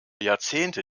jahrzehnte